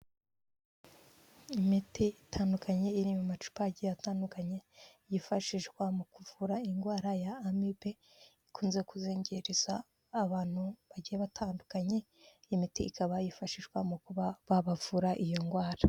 Imiti itandukanye iri mu macupa agiye atandukanye, yifashishwa mu kuvura indwara ya amibe ikunze kuzengereza abantu bagiye batandukanye, iyi imiti ikaba yifashishwa mu kuba babavura iyo ndwara.